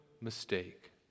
mistake